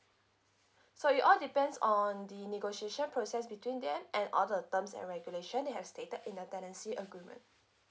so it all depends on the negotiation process between them and all the terms and regulation they have stated in the tenancy agreement